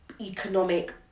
economic